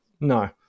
no